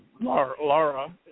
Laura